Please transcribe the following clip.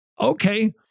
Okay